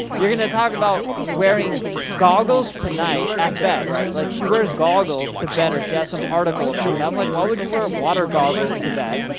you're gonna talk about wearing goggles tonight at bed. like she wears goggles to bed, or she has some article about that. i'm like, why would you wear water goggles to bed,